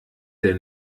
der